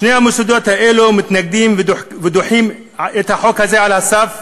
שני המוסדות האלו מתנגדים ודוחים את החוק על הסף,